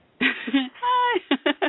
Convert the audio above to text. Hi